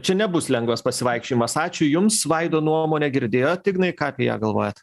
čia nebus lengvas pasivaikščiojimas ačiū jums vaido nuomonę girdėjot ignai ką apie ją galvojat